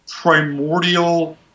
primordial